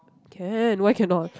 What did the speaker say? can why cannot